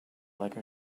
like